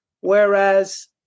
whereas